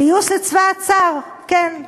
גיוס לצבא הצאר, כן.